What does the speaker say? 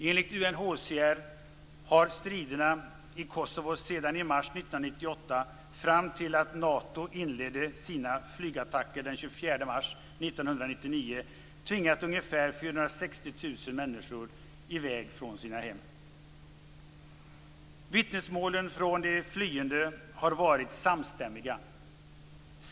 Enligt UNHCR har striderna i Kosovo sedan i mars 1998 fram till att tvingat ungefär 460 000 människor i väg från sina hem. Vittnesmålen från de flyende har varit samstämmiga.